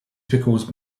because